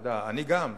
אני גם,